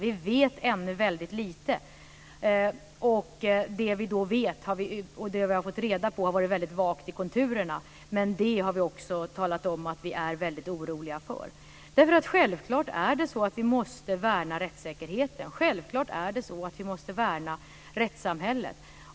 Vi vet ännu väldigt lite, och det vi har fått reda på har varit väldigt vagt i konturerna. Men vi har också talat om att vi är oroliga för det. Självklart måste vi värna rättssäkerheten. Självklart måste vi värna rättssamhället.